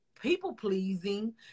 people-pleasing